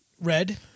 red